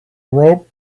rope